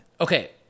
Okay